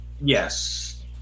Yes